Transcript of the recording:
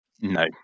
No